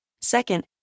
Second